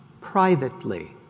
privately